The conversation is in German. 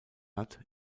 hat